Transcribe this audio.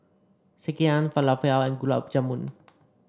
Sekihan Falafel and Gulab Jamun